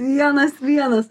vienas vienas